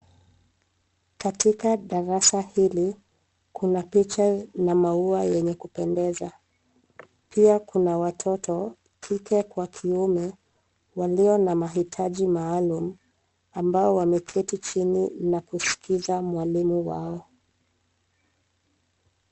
Katika darasa hili kuna picha na maua yenye kupendeza. Pia kuna watoto wa kike kwa wanaume waliona mahitaji maalum ambao wameketi chini na kusikiliza mwalimu wao.